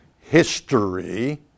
history